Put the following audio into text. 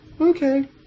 Okay